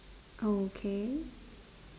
okay